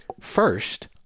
first